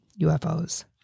UFOs